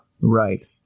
Right